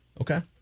Okay